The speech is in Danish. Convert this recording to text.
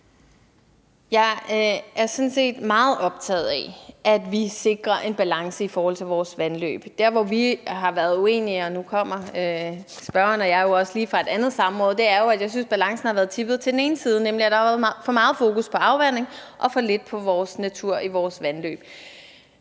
set meget optaget af, at vi sikrer en balance i forhold til vores vandløb. Der, hvor vi har været uenige – nu kommer spørgeren og jeg også lige fra et andet samråd – er, at jeg synes, at balancen har været tippet til den ene side, nemlig at der har været for meget fokus på afvanding og for lidt på vores natur i vores vandløb.